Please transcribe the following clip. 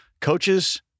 coaches